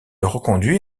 reconduit